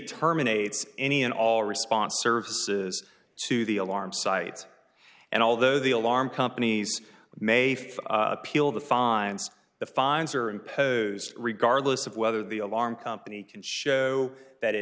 terminates any and all response services to the alarm sites and although the alarm companies may for appeal the fines the fines are imposed regardless of whether the alarm company can show that it